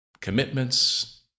commitments